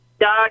Doc